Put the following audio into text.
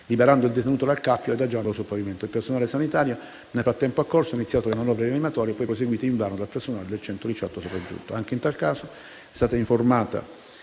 liberando il detenuto dal cappio e adagiandolo sul pavimento; il personale sanitario, nel frattempo accorso, ha iniziato le manovre rianimatorie, poi proseguite invano dal personale del 118 sopraggiunto. Anche in tal caso, è stata informata